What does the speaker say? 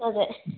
അതെ